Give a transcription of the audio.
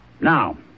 Now